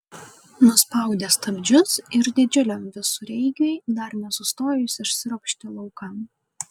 nuspaudė stabdžius ir didžiuliam visureigiui dar nesustojus išsiropštė laukan